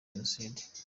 jenoside